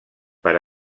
per